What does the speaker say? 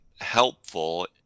helpful